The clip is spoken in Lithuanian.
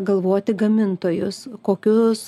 galvoti gamintojus kokius